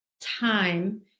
time